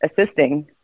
assisting